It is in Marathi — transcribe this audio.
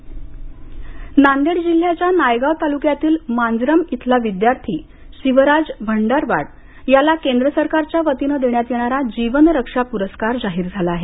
जीवनरक्षा नांदेड जिल्ह्याच्या नायगांव तालुक्यातील मांजरम इथला विद्यार्थी शिवराज भंडरवाड याला केंद्र सरकारच्या वतीनं देण्यात येणारा जीवनरक्षा प्रस्कार जाहीर झाला आहे